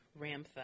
Ramtha